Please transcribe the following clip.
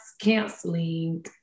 canceling